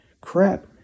crap